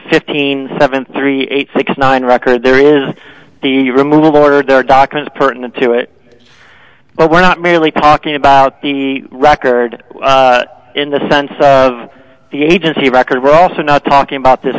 fifteen seven three eight six nine record there is the removal order their doctrines pertinent to it but we're not merely talking about the record in the sense of the agency record we're also not talking about th